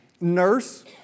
Nurse